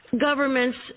governments